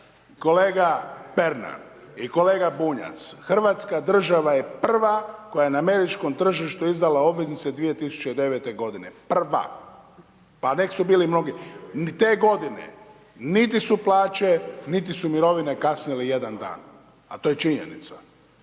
kolega Pernar i kolega Bunjac, hrvatska država je prva koja je na američkom tržištu izdala obveznice 2009. g. Prva. Pa nek su bili mnogi, te godine. niti su plaće, niti su mirovine kasnile jedan dan a to je činjenica.